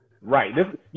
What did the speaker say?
Right